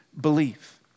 belief